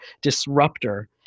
disruptor